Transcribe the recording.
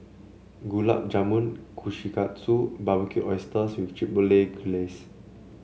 Gulab Jamun Kushikatsu and Barbecued Oysters with Chipotle Glaze